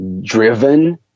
driven